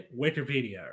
Wikipedia